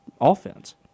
offense